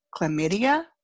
chlamydia